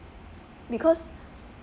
because